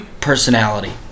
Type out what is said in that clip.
personality